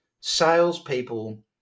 Salespeople